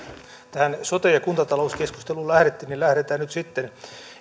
tähän sote ja kuntatalouskeskusteluun lähdettiin niin lähdetään nyt sitten